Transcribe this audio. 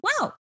wow